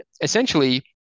essentially